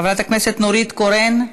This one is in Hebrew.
חברת הכנסת נורית קורן,